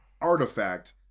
artifact